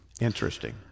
Interesting